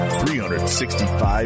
365